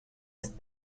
ist